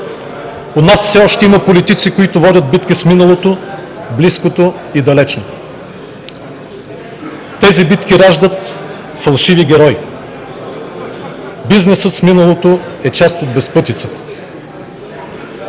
У нас все още има политици, които водят битки с миналото – близкото и далечното. Тези битки раждат фалшиви герои. Бизнесът с миналото е част от безпътицата.